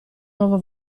nuovo